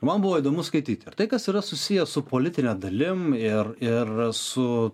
man buvo įdomu skaityti ir tai kas yra susiję su politine dalim ir ir su